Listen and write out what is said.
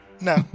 No